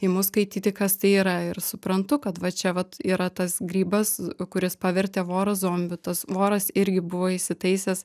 imu skaityti kas tai yra ir suprantu kad va čia vat yra tas grybas kuris pavertė vorą zombiu tas voras irgi buvo įsitaisęs